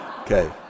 okay